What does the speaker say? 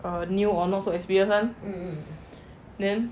a new or not so experience [one] then